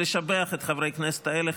לשבח את חברי הכנסת האלה,